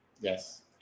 Yes